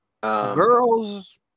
Girls